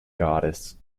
goddess